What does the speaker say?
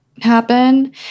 happen